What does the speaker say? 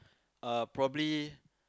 uh probably